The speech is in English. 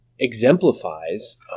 exemplifies